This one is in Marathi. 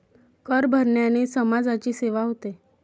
कर भरण्याने समाजाची सेवा होते